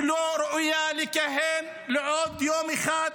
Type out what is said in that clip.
שלא ראויה לכהן עוד יום אחד,